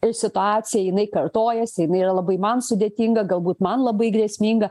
ir situacija jinai kartojasi jinai yra labai man sudėtinga galbūt man labai grėsminga